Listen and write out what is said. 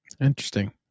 Interesting